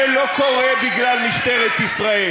זה לא קורה בגלל משטרת ישראל.